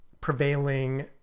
prevailing